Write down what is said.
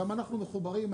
גם אנחנו מחוברים.